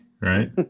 right